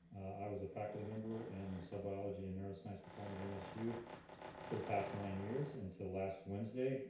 i was a faculty member in cell biology and neuroscience department in msu for the past nine years until last wednesday,